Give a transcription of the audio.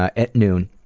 ah at noon,